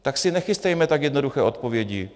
Tak si nechystejme tak jednoduché odpovědi.